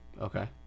Okay